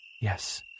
yes